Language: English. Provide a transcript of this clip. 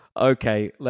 Okay